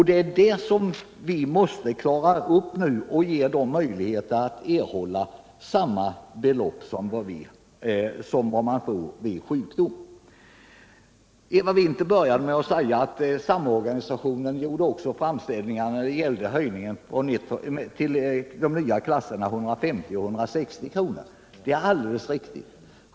Detta måste vi nu klara ut och ge de arbetslösa möjlighet att erhålla samma belopp som de får vid sjukdom. Eva Winther började med att säga att arbetslöshetskassornas samorganisation gjort framställningar också när det gällde en höjning av bidragsbeloppen i de nya klasserna 150 och 160 kr. Detta är alldeles riktigt.